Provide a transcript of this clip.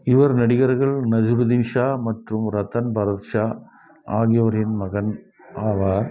இவர் நடிகர்கள் நசுருதீன் ஷா மற்றும் ரத்தன் பாரத் ஷா ஆகியோரின் மகன் ஆவார்